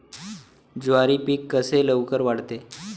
ज्वारी पीक कसे लवकर वाढते?